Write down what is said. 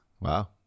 Wow